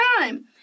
time